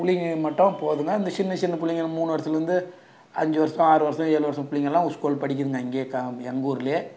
பிள்ளைங்க மட்டும் போகுதுங்க இந்த சின்ன சின்ன பிள்ளைங்க மூணு வருஷத்லேந்து அஞ்சு வருஷம் ஆறு வருஷம் ஏழு வருஷம் பிள்ளைங்கலாம் ஸ்கூல் படிக்குதுங்க இங்கேயே எங்கூர்லேயே